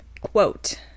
quote